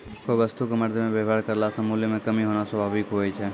कोय वस्तु क मरदमे वेवहार करला से मूल्य म कमी होना स्वाभाविक हुवै छै